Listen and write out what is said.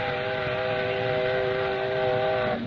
em